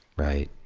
right.